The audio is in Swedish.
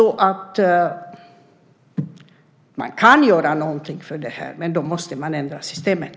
Man kan göra något åt det, men då måste man ändra systemet.